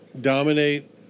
Dominate